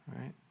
right